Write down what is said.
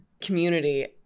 community